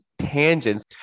Tangents